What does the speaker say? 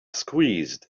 squeezed